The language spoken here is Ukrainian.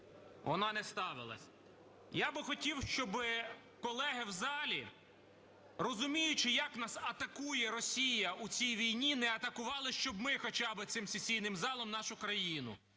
вона не ставилась. Я би хотів, щоб колеги в залі, розуміючи як нас атакує Росія в цій війні, не атакували щоб ми хоча би цим сесійним залом нашу країну